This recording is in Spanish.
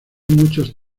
muchos